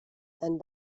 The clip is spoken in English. and